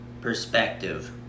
perspective